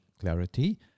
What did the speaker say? clarity